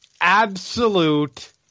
absolute